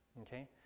Okay